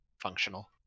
functional